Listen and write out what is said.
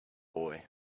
boy